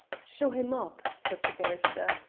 show him up, said the barrister,